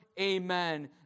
Amen